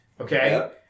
okay